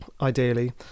ideally